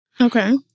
Okay